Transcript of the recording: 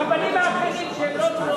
הרבנים האחרים שהם לא "צהר"